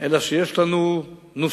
אלא שיש לנו נוסחה